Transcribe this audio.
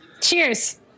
Cheers